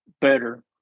better